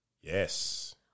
Yes